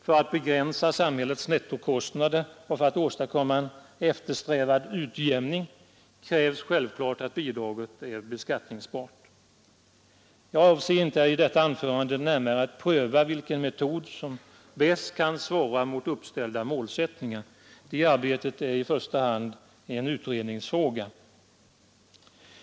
För att begränsa samhällets nettokostnader och för att åstadkomma en eftersträvad utjämning krävs självklart att bidraget är beskattningsbart. Jag avser inte att i detta anförande närmare pröva vilken metod som bäst kan svara mot uppställda målsättningar. Detta arbete är i första hand en utredningsfråga.